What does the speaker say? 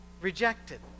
rejected